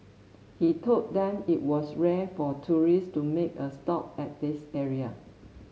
he told them it was rare for tourists to make a stop at this area